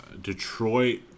Detroit